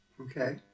Okay